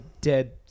dead